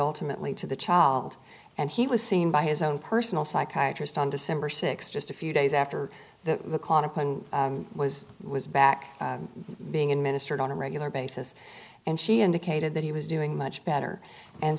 ultimately to the child and he was seen by his own personal psychiatry east on december th just a few days after the was was back being administered on a regular basis and she indicated that he was doing much better and